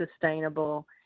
sustainable